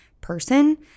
person